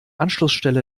anschlussstelle